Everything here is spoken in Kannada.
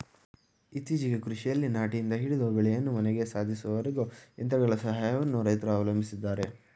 ಇತ್ತೀಚೆಗೆ ಕೃಷಿಯಲ್ಲಿ ನಾಟಿಯಿಂದ ಹಿಡಿದು ಬೆಳೆಯನ್ನು ಮನೆಗೆ ಸಾಧಿಸುವವರೆಗೂ ಯಂತ್ರಗಳ ಸಹಾಯವನ್ನು ರೈತ್ರು ಅವಲಂಬಿಸಿದ್ದಾರೆ